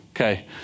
okay